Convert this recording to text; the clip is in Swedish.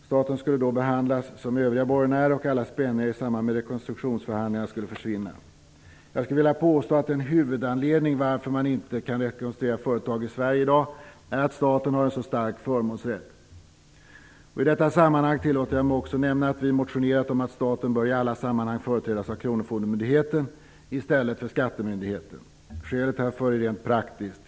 Staten skulle då behandlas som övriga borgenärer, och alla spänningar i samband med rekonstruktionsförhandlingarna skulle försvinna. Jag skulle vilja påstå att en huvudanledning till varför man inte kan rekonstruera företag i Sverige i dag är att staten har en så stark förmånsrätt. I detta sammanhang tillåter jag mig också nämna att vi motionerat om att staten i alla sammanhang bör företrädas av kronofogdemyndigheten i stället för av skattemyndigheten. Skälet härför är rent praktiskt.